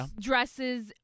dresses